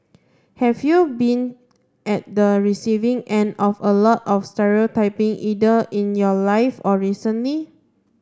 have you been at the receiving end of a lot of stereotyping either in your life or recently